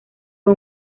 fue